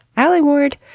alie ward,